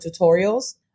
tutorials